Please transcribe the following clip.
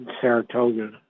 Saratoga